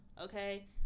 okay